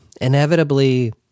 Inevitably